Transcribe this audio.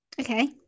okay